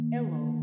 Hello